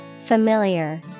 Familiar